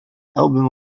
album